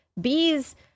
bees